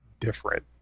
different